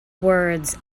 words